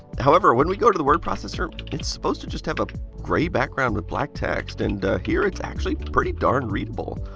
however, when we go to the word processor, it is supposed to just have a gray background with black text. and here it's actually pretty darned readable.